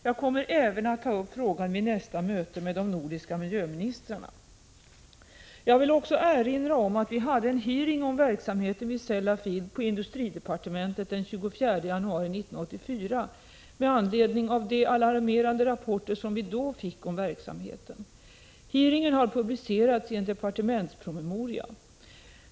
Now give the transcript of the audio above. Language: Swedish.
Jag kommer även att ta upp frågan vid nästa möte mellan de nordiska miljöministrarna. Jag vill också erinra om att vi hade en hearing om verksamheten vid Sellafield på industridepartementet den 24 januari 1984 med anledning av de alarmerande rapporter som vi då fick om verksamheten. Hearingen har publicerats i en departementspromemoria, Ds I 1984:16.